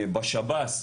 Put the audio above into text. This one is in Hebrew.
בשב"ס,